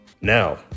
Now